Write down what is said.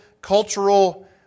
cultural